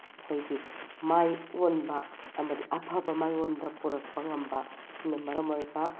ꯑꯩꯈꯣꯏꯒꯤ ꯃꯥꯏ ꯑꯣꯟꯕ ꯑꯃꯗꯤ ꯑꯐꯕ ꯃꯥꯏꯌꯣꯟꯗ ꯄꯣꯔꯛꯄ ꯉꯝꯕ ꯁꯤꯅ ꯃꯔꯝ ꯑꯣꯏꯔꯒ